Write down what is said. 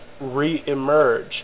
re-emerge